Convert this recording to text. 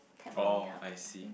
oh I see